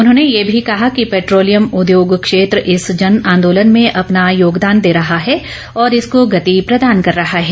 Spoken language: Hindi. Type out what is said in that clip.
उन्होंने यह भी कहा कि पेट्रोलियम उद्योग क्षेत्र इस जन आंदोलन में अपना योगदान कर रहा है इसको गति प्रदान कर रहा है